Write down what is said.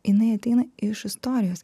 jinai ateina iš istorijos